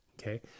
okay